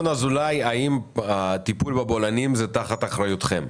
בדברים האלה לקח זמן גם ליישובים הדרוזים להפנים ולפתח יישובים.